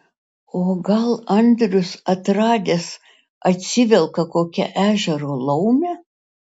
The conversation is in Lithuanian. o gal andrius atradęs atsivelka kokią ežero laumę